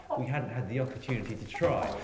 we hadn't had the opportunity to try.